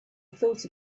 thought